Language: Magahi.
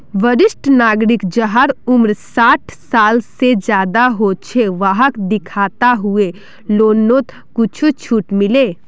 वरिष्ठ नागरिक जहार उम्र साठ साल से ज्यादा हो छे वाहक दिखाता हुए लोननोत कुछ झूट मिले